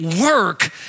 work